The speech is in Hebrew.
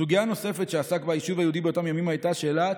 סוגיה נוספת שעסק בה היישוב היהודי באותם ימים הייתה שאלת,